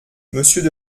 monsieur